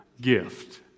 gift